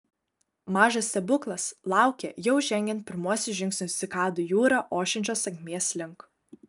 mažas stebuklas laukė jau žengiant pirmuosius žingsnius cikadų jūra ošiančios tankmės link